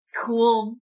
cool